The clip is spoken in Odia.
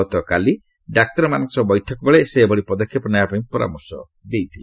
ଗତକାଲି ଡାକ୍ତରମାନଙ୍କ ସହ ବୈଠକ ବେଳେ ସେ ଏଭଳି ପଦକ୍ଷେପ ନେବାପାଇଁ ପରାମର୍ଶ ଦେଇଥିଲେ